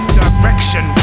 direction